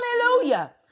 Hallelujah